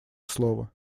слова